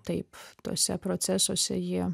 taip tuose procesuose ji